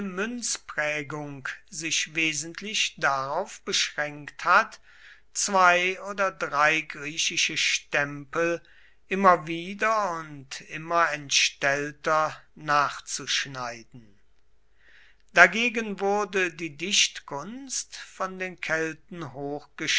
münzprägung sich wesentlich darauf beschränkt hat zwei oder drei griechische stempel immer wieder und immer entstellter nachzuschneiden dagegen wurde die dichtkunst von den kelten